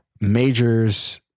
majors